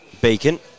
Beacon